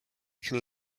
can